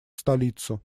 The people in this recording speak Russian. столицу